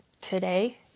today